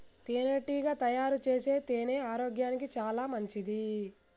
తేనెటీగ తయారుచేసే తేనె ఆరోగ్యానికి చాలా మంచిది